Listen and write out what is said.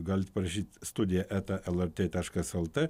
galit parašyt studija eta lrt taškas lt